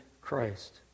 Christ